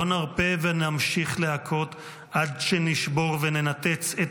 לא נרפה ונמשיך להכות עד שנשבור וננתץ את